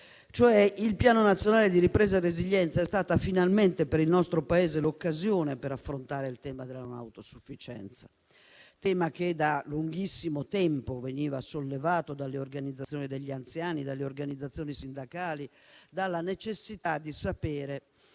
PNRR. Il Piano nazionale di ripresa e resilienza è stato finalmente per il nostro Paese l'occasione per affrontare il tema della non autosufficienza, che da lunghissimo tempo veniva sollevato dalle organizzazioni degli anziani e sindacali, nella consapevolezza che